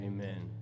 Amen